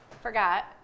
forgot